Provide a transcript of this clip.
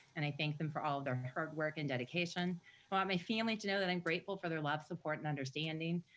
and i thank them for all their hard work and dedication. i want my family to know that i'm grateful for their love, support and understanding,